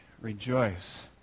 Rejoice